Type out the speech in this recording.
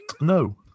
No